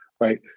right